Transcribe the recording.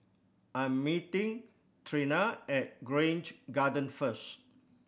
I'm meeting Trina at Grange Garden first